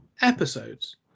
episodes